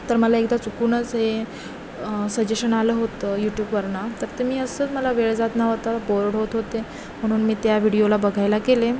तर मला एकदा चुकूनच हे सजेशन आलं होतं यूट्यूबवरनं तर ते मी असंच मला वेळ जात नव्हता बोर्ड होत होते म्हणून मी त्या व्हिडिओला बघायला केले